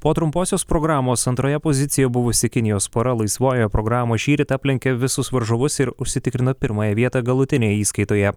po trumposios programos antroje pozicijoje buvusi kinijos pora laisvojoje programoje šįryt aplenkė visus varžovus ir užsitikrino pirmąją vietą galutinėje įskaitoje